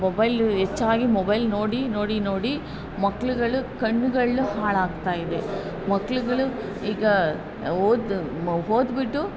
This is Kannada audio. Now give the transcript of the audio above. ಮೊಬೈಲು ಹೆಚ್ಚಾಗಿ ಮೊಬೈಲ್ ನೋಡಿ ನೋಡಿ ನೋಡಿ ಮಕ್ಳುಗಳು ಕಣ್ಣುಗಳು ಹಾಳಾಗ್ತಾಯಿವೆ ಮಕ್ಳುಗಳು ಈಗ ಓದು ಮ ಓದ್ಬಿಟ್ಟು